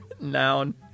Noun